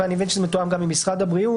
ואני מבין שזה מתואם גם עם משרד הבריאות.